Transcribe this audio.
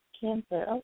cancer